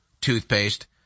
toothpaste